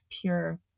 pure